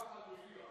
הוא החלופי.